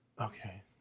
Okay